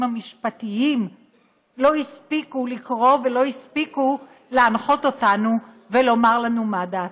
המשפטיים לא הספיקו לקרוא ולא הספיקו להנחות אותנו ולומר לנו מה דעתם?